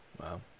Wow